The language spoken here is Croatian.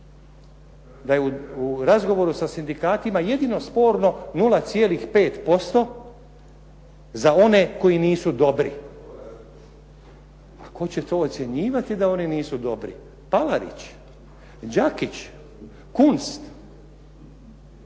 da je u razgovoru sa sindikatima jedino sporno 0,5% za one koji nisu dobri. A tko će to ocjenjivati da nisu dobri? Palarić? Đakić? Kunst?